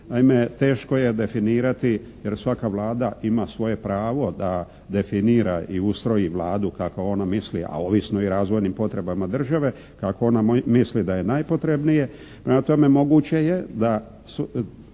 Naime, teško je definirati, jer svaka Vlada ima svoje pravo da definira i ustroj i Vladu kako ona misli, a ovisno i o razvojnim potrebama države kako ona misli da je najpotrebnije.